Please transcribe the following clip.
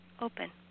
open